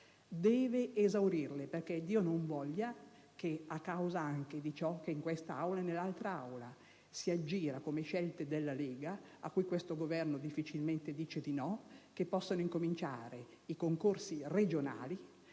deve esaurirle. Dio non voglia che a causa anche di ciò che in quest'Aula e nell'altra Aula si aggira a seguito delle proposte della Lega - a cui questo Governo difficilmente dice di no - possano incominciare i concorsi regionali,